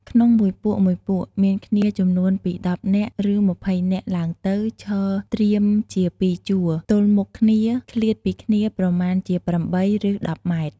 ក្នុង១ពួកៗ មានគ្នាចំនួនពី១០នាក់រឺ២០ នាក់ឡើងទៅឈរត្រៀមជា ២ជួរ ទល់មុខគ្នា ឃ្លាតពីគ្នាប្រមាណជា៨ រឺ១០ ម៉ែត្រ។